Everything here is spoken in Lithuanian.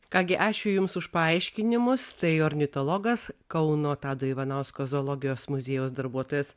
ką gi ačiū jums už paaiškinimus tai ornitologas kauno tado ivanausko zoologijos muziejaus darbuotojas